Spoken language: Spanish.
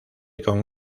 con